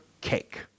cake